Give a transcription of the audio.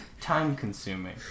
time-consuming